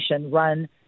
run